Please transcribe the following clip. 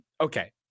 okay